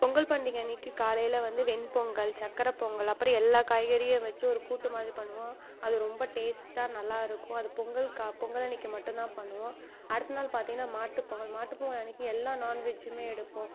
பொங்கல் பண்டிகை அன்றைக்கி காலையில் வந்து வெண்பொங்கல் சர்க்கர பொங்கல் அப்புறம் எல்லா காய்கறியும் வச்சு ஒரு கூட்டு மாதிரி பண்ணுவோம் அது ரொம்ப டேஸ்ட்டாக நல்லாயிருக்கும் அது பொங்கல் கா பொங்கல் அன்றைக்கி மட்டுந்தான் பண்ணுவோம் அடுத்த நாள் பார்த்தீங்கன்னா மாட்டுப் பொங்கல் மாட்டுப் பொங்கல் அன்றைக்கி எல்லா நான்வெஜ்ஜுமே எடுப்போம்